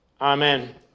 Amen